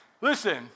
Listen